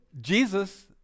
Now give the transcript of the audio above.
Jesus